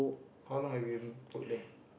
how long have you worked there